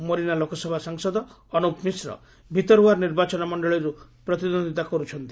ମୋରିନା ଲୋକସଭା ସାଂସଦ ଅନୃପ ମିଶ୍ର ଭିତରୱାର୍ ନିର୍ବାଚନ ମଣ୍ଡଳିରୁ ପ୍ରତିଦ୍ୱନ୍ଦ୍ୱିତା କରୁଛନ୍ତି